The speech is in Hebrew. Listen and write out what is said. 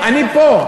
אני פה.